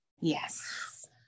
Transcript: yes